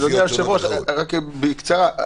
אדוני היושב-ראש, רק בקצרה.